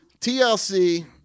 TLC